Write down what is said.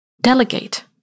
Delegate